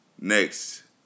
Next